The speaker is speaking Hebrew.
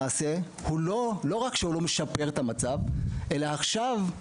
לא רק שהוא לא משפר את המצב אלא עכשיו,